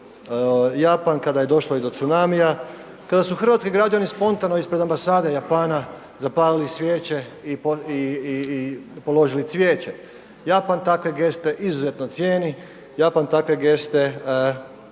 Japan, kada je došlo i do tsunami, kada su hrvatski građani spontano ispred ambasade Japana zapalili svijeće i položili cvijeće. Japan takve geste izuzetno cijeni, Japan takve geste